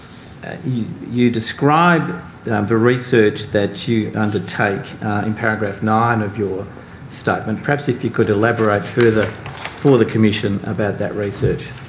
you you describe the research that you undertake in paragraph nine of your statement. perhaps if you could elaborate further for the commission about that research.